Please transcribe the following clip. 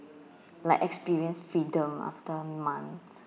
like experience freedom after months